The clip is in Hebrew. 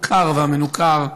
הקר והמנוכר,